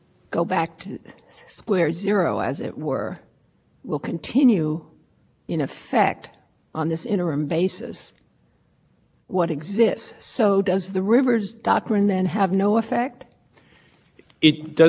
zero as it were will continue in effect on this interim basis what exists so does the rivers doctrine then have no effect it does not have effect when the disposition